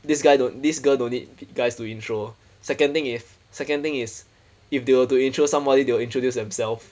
this guy don't this girl don't need guys to intro second thing is second thing is if they were to intro somebody they will introduce themself